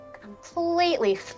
completely